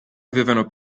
avevano